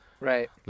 Right